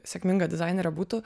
sėkminga dizainere būtų